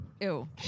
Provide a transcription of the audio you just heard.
Ew